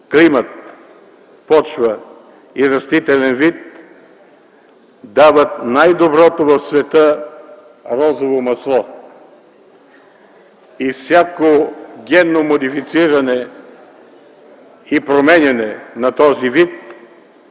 климат, почва и растителен вид дават най-доброто в света розово масло и всяко генно модифициране и променяне на този вид